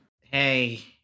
Hey